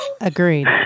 Agreed